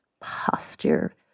Posture